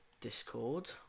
Discord